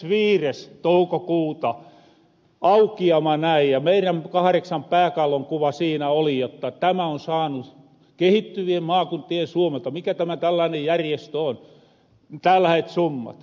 toukokuuta aukiama näin ja meirän kahreksan pääkallon kuva siinä oli jotta nämä on saanu kehittyvien maakuntien suomelta mikä tämä tällaanen järjestö on tällahet summat